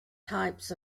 types